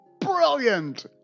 Brilliant